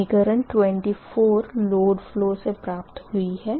समीकरण 24 load flow से प्राप्त हुई है